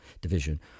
Division